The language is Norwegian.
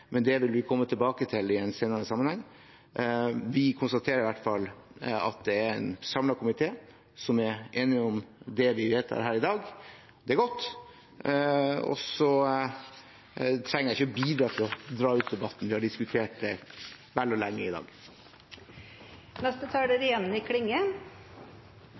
men det vil vi komme tilbake til i en senere sammenheng. Vi konstaterer i hvert fall at det er en samlet komité som er enige om det vi vedtar her i dag. Det er godt. Så trenger jeg ikke å bidra til å dra ut debatten. Vi har diskutert dette vel og lenge i dag.